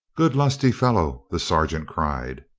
good lusty fellow, the sergeant cried.